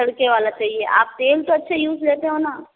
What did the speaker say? तड़के वाला चाहिए आप तेल तो अच्छे यूज लेते हो न